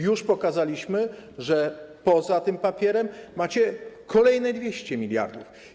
Już pokazaliśmy, że poza tym papierem macie kolejne 200 mld.